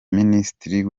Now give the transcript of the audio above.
minisitiri